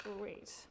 Great